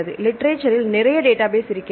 லிட்ரேச்சரில் நிறைய டேட்டாபேஸ் இருக்கிறது